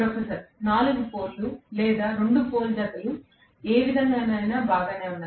professor 4 pole లు లేదా 2 pole జతలు ఏ విధంగానైనా బాగానే ఉన్నాయి